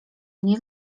nie